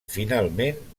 finalment